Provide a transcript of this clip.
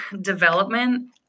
development